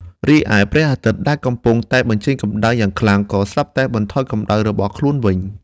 រីឯព្រះអាទិត្យ ដែលកំពុងតែបញ្ចេញកម្ដៅយ៉ាងខ្លាំង ក៏ ស្រាប់តែបន្ថយកម្ដៅរបស់ខ្លួនវិញ។